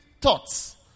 thoughts